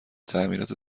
تعمیرات